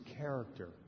character